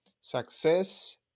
success